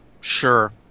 sure